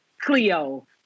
Cleo